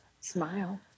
smile